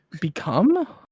Become